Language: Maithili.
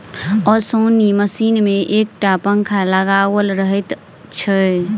ओसौनी मशीन मे एक टा पंखा लगाओल रहैत छै